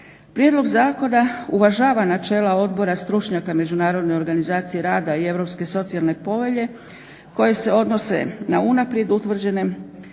Prijedlog zakona uvažava načela odbora stručnjaka Međunarodne organizacije rada i Europske socijalne povelje koje se odnose na unaprijed utvrđene